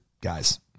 guys